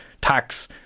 tax